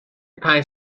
پنج